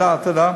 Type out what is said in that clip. תודה, תודה.